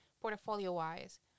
portfolio-wise